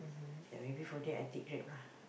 ya maybe for that I take Grab ah